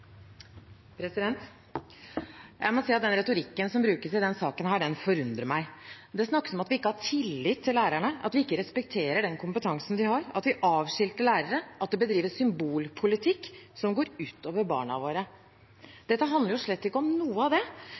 imot. Jeg må si at retorikken som brukes i denne saken, forundrer meg. Det snakkes om at vi ikke har tillit til lærerne, at vi ikke respekterer kompetansen de har, at vi avskilter lærere, og at det bedrives symbolpolitikk som går ut over barna våre. Dette handler slett ikke om noe av det.